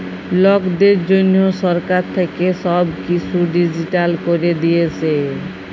লকদের জনহ সরকার থাক্যে সব কিসু ডিজিটাল ক্যরে দিয়েসে